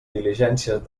diligències